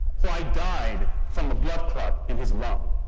so i died from the blood clot in his lung